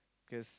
cause